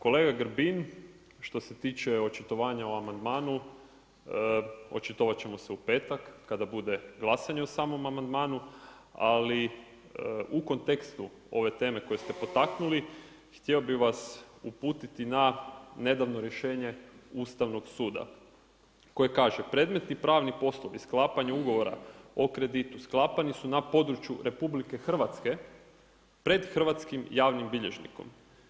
Kolega Grbin, što se tiče očitovanja o amandmanu, očitovat ćemo se u petak, kada bude glasanje o samom amandmanu, ali u kontekstu ove teme koje ste potaknuli, htio bi vas uputiti na nedavno rješenje Ustavnog suda koje kaže „Predmetni pravni poslovi sklapanju ugovora o kreditu, sklapani su na području Republike Hrvatske, pred hrvatskim javnim bilježnikom.